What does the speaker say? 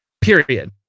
period